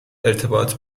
ارتباط